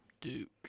Duke